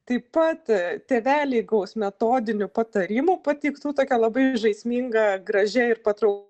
taip pat tėveliai gaus metodinių patarimų pateiktų tokia labai žaisminga gražia ir patrauk